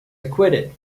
acquitted